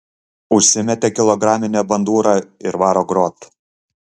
užsimetė kilograminę bandūrą ir varo grot